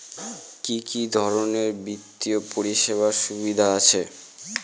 কি কি ধরনের বিত্তীয় পরিষেবার সুবিধা আছে?